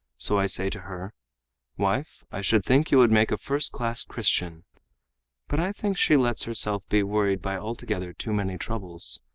so i say to her wife, i should think you would make a first-class christian but i think she lets herself be worried by altogether too many troubles.